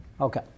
Okay